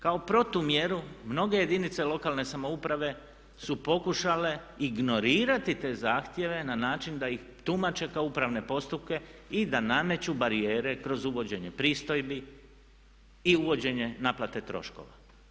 Kao protumjeru mnoge jedinice lokalne samouprave su pokušale ignorirati te zahtjeve na način da ih tumače kao upravne postupke i da nameću barijere kroz uvođenje pristojbi i uvođenje naplate troškova.